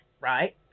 right